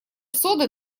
соды